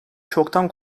çoktan